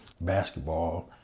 basketball